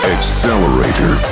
Accelerator